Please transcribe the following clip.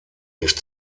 nicht